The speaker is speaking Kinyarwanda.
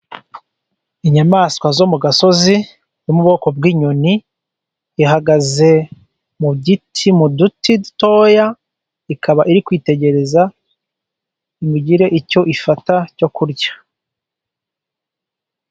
Inyamaswa zo mu gasozi , zo mu bwoko bw'inyoni , ihagaze mu giti , mu duti dutoya ikaba iri kwitegereza ngo igire icyo ifata , cyo kurya.